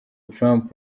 trump